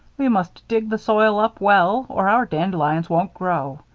we must dig the soil up well or our dandelions won't grow.